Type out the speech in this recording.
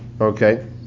Okay